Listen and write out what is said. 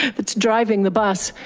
that's driving the bus.